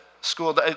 school